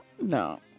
No